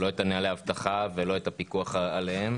לא את נהלי האבטחה ולא את הפיקוח עליהם.